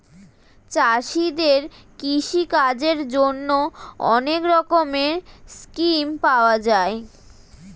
চাষীদের কৃষি কাজের জন্যে অনেক রকমের স্কিম পাওয়া যায়